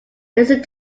listen